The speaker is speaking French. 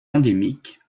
endémiques